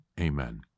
Amen